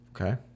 Okay